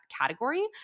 category